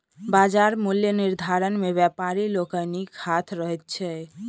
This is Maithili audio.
बाजार मूल्य निर्धारण मे व्यापारी लोकनिक हाथ रहैत छै